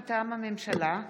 מטעם הממשלה: